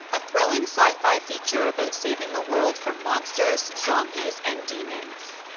a thrilling sci-fi feature about saving the world from monsters, zombies, and demons.